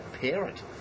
parent